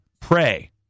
Pray